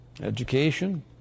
education